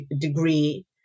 degree